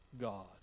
God